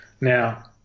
Now